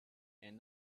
and